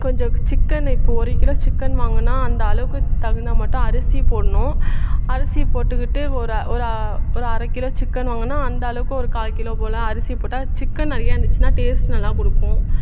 கொஞ்சம் சிக்கன் இப்போது ஒரு கிலோ சிக்கன் வாங்கினா அந்த அளவுக்கு தகுந்த மாட்டோம் அரிசி போடணும் அரிசி போட்டுக்கிட்டு ஒரு ஒரு அ ஒரு அரை கிலோ சிக்கன் வாங்கினா அந்த அளவுக்கு ஒரு கால் கிலோ போல அரிசி போட்டால் சிக்கன் நிறைய இருந்துச்சுன்னால் டேஸ்ட் நல்லா கொடுக்கும்